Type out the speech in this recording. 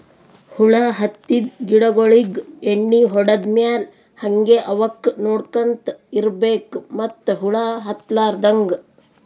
ಹುಳ ಹತ್ತಿದ್ ಗಿಡಗೋಳಿಗ್ ಎಣ್ಣಿ ಹೊಡದ್ ಮ್ಯಾಲ್ ಹಂಗೆ ಅವಕ್ಕ್ ನೋಡ್ಕೊಂತ್ ಇರ್ಬೆಕ್ ಮತ್ತ್ ಹುಳ ಹತ್ತಲಾರದಂಗ್